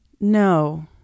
no